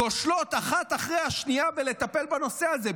כושלות אחת אחרי השנייה בלטפל בנושא הזה.